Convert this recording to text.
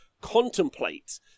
contemplate